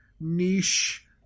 niche